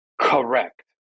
Correct